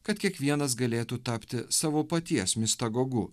kad kiekvienas galėtų tapti savo paties mistagogu